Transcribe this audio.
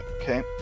Okay